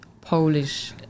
Polish